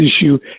issue